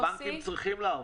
הבנקים צריכים להרוויח,